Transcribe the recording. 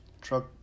truck